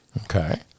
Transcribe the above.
Okay